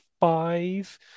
five